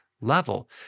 level